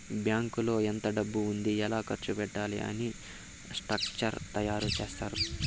బ్యాంకులో ఎంత డబ్బు ఉంది ఎలా ఖర్చు పెట్టాలి అని స్ట్రక్చర్ తయారు చేత్తారు